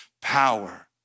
power